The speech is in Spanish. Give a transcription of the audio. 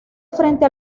frente